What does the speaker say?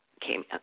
came